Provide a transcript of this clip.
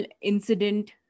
incident